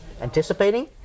anticipating